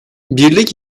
birlik